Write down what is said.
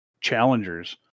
challengers